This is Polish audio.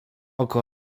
oko